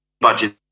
budget